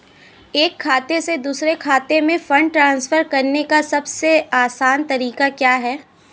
एक खाते से दूसरे खाते में फंड ट्रांसफर करने का सबसे आसान तरीका क्या है?